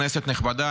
כנסת נכבדה,